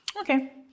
okay